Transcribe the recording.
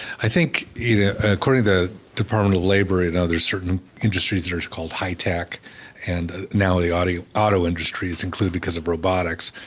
i think you know according to department of labor and other certain industries, that are called high tech and now the auto auto industry is included because of robotics.